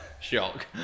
shock